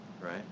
right